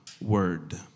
word